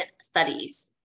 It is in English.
studies